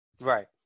Right